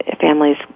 families